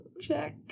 Check